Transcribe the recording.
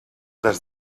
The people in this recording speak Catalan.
des